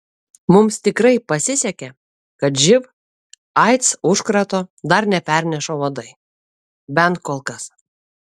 mums tikrai pasisekė kad živ aids užkrato dar neperneša uodai bent kol kas